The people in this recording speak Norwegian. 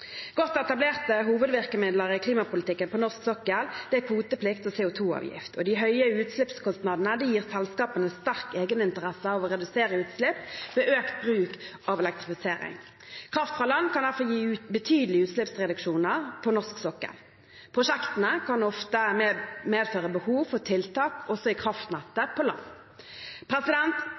Godt etablerte hovedvirkemidler i klimapolitikken på norsk sokkel er kvoteplikt og CO 2 - avgift. De høye utslippskostnadene gir selskapene sterk egeninteresse av å redusere utslipp, ved økt bruk av elektrifisering. Kraft fra land kan derfor gi betydelig utslippsreduksjoner fra norsk sokkel. Prosjektene kan ofte medføre behov for tiltak også i kraftnettet på land.